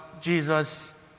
Jesus